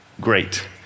great